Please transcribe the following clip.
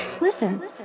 Listen